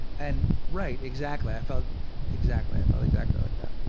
and right. exactly. i felt exactly i felt exactly like that.